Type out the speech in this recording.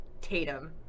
Tatum